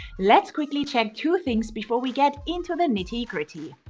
let's quickly check two things before we get into the nitty-gritty.